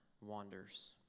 wanders